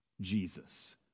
Jesus